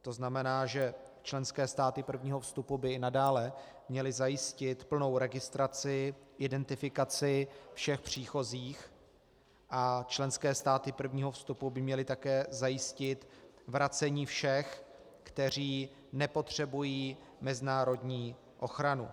To znamená, že členské státy prvního vstupu by nadále měly zajistit plnou registraci, identifikaci všech příchozích a členské státy prvního vstupu by měly také zajistit vracení všech, kteří nepotřebují mezinárodní ochranu.